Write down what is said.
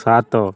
ସାତ